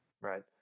Right